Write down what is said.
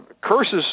curses